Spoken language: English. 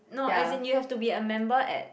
no as in you have to be a member at